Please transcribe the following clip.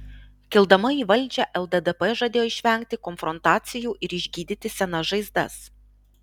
kildama į valdžią lddp žadėjo išvengti konfrontacijų ir išgydyti senas žaizdas